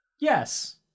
Yes